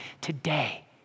today